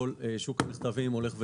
המכתבים,